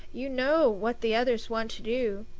you know what the others want to do.